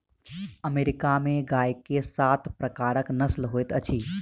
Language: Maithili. अमेरिका में गाय के सात प्रकारक नस्ल होइत अछि